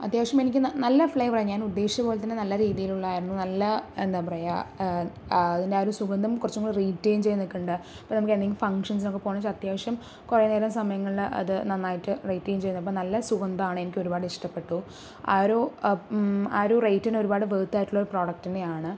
അത്യാവശ്യം എനിക്ക് നല്ല ഫ്ലേവർ ഞാൻ ഉദ്ദേശിച്ച പോലെത്തന്നെ നല്ല രീതിലുള്ളായിരുന്നു നല്ല എന്താ പറയുക അതിൻ്റെ ആ ഒരു സുഗന്ധം കുറച്ചും കൂടെ റീടൈൻ ചെയ്ത് നിക്കിണ്ട് അപ്പൊ നമുക്ക് എന്തെങ്കിലും ഫങ്ഷൻസിനൊക്കെ പോകണമെങ്കിൽ അത്യാവശ്യം കുറെ നേരം സമയങ്ങളില് അത് നന്നായിട്ട് റീടൈൻ ചെയ്യും അപ്പോൾ നല്ല സുഗന്ധമാണ് എനിക്ക് ഒരുപാട് ഇഷ്ടപ്പെട്ടു ആ ഒരു ആ ഒരു റേറ്റിന് ഒരുപാട് വർത്തായിട്ടുള്ള പ്രോഡക്ട്ട് തന്നെയാണ്